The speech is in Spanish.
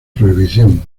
prohibición